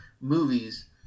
movies